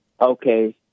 okay